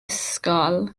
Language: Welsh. ysgol